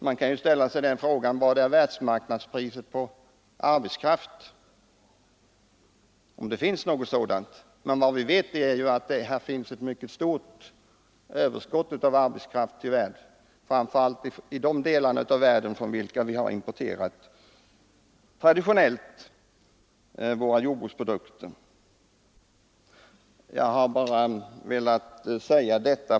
Man kan ställa frågan: Vad är världsmarknadspriset på arbetskraft, om det finns något sådant? Vad vi vet är att det råder ett mycket stort överskott på arbetskraft i världen, framför allt i de delar av densamma från vilka vi traditionellt har importerat jordbruksprodukter till låga priser. Jag har bara velat säga detta.